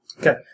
Okay